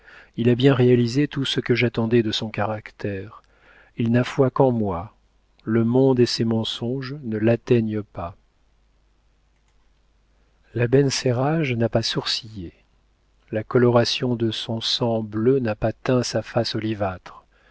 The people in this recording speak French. il a bien réalisé tout ce que j'attendais de son caractère il n'a foi qu'en moi le monde et ses mensonges ne l'atteignent pas l'abencerrage n'a pas sourcillé la coloration de son sang bleu n'a pas teint sa face olivâtre